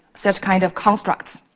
such kind of constructs.